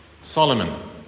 Solomon